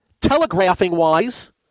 Telegraphing-wise